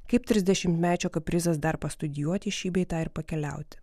kaip trisdešimtmečio kaprizas dar pastudijuoti šį bei tą ir pakeliauti